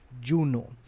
Juno